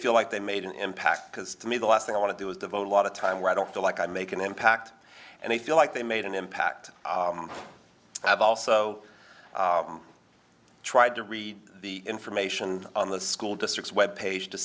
feel like they made an impact because to me the last thing i want to do is devote a lot of time where i don't feel like i make an impact and i feel like they made an impact i've also tried to read the information on the school district web page to